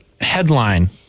headline